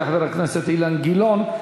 יעלה חבר הכנסת אילן גילאון,